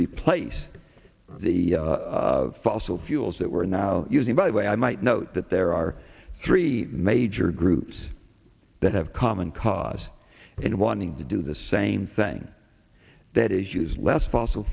replace the fossil fuels that we're now using by the way i might note that there are three major groups that have common cause in wanting to do the same thing that is use less fossil